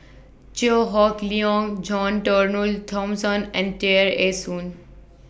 Chew Hock Leong John Turnbull Thomson and Tear Ee Soon